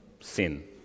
sin